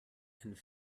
and